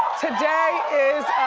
today is